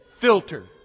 filter